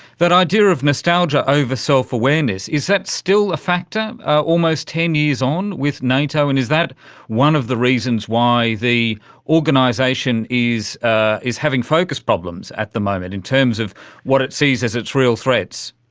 that idea of nostalgia over self-awareness, is that still a factor almost ten years on with nato, and is that one of the reasons why the organisation is ah is having focus problems at the moment in terms of what it sees as its real threats?